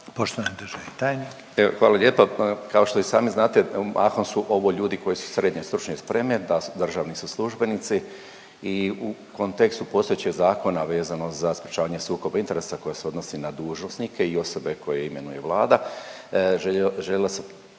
Zdravko** Hvala lijepa. Kao što i sami znati mahom su ovo ljudi koji su srednje stručne spreme, a da državni su službenici i u kontekstu postojećeg zakona vezano za sprječavanje sukoba interesa koji se odnosi na dužnosnike i osobe koje imenuje Vlada